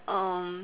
um